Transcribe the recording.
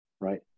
Right